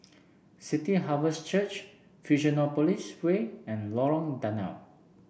City Harvest Church Fusionopolis Way and Lorong Danau